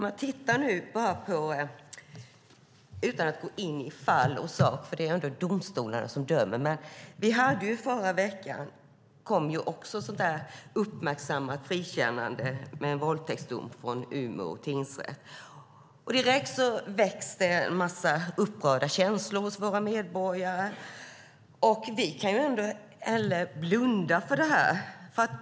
Jag ska inte gå in på något fall i sak, för det är ändå domstolarna som dömer, men det kom i förra veckan ett uppmärksammat frikännande i en våldtäktsdom från Umeå tingsrätt. Direkt väcktes en massa upprörda känslor hos våra medborgare. Vi kan inte heller blunda för det.